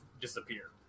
disappear